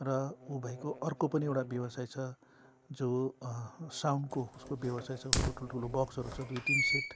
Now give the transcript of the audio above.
र ऊ भाइको अर्को पनि एउटा व्यवसाय छ जो साउन्डको उसको व्यवसाय छ उसको ठुल्ठुलो बक्सहरू छ दुईतिन सेट